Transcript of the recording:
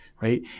right